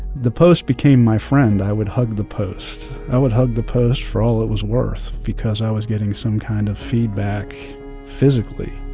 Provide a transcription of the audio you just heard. the post became my friend. i would hug the post. i would hug the post for all it was worth because i was getting some kind of feedback physically.